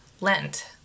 Lent